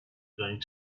going